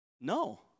No